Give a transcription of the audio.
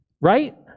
Right